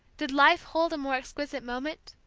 did life hold a more exquisite moment,